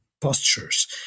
postures